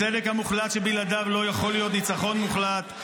הצדק המוחלט שבלעדיו לא יכול להיות ניצחון מוחלט.